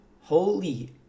Holy